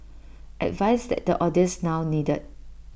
advice that the audience now needed